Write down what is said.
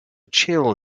chill